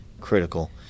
critical